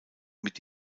mit